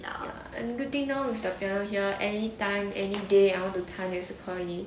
ya and good thing now with the piano here anytime any day I want to 弹也是可以